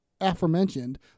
Aforementioned